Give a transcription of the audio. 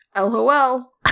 LOL